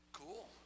cool